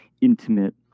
intimate